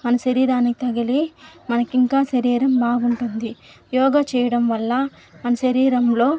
మన శరీరానికి తగిలి మనకి ఇంకా శరీరం బాగుంటుంది యోగా చెయ్యడం వల్ల మన శరీరంలో